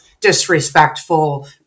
disrespectful